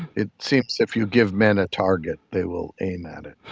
it seems if you give men a target, they will aim at it.